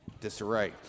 disarray